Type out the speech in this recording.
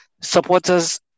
supporters